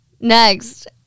Next